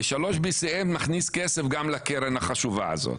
ו-3 BCM גם מכניס כסף גם לקרן החשובה הזאת,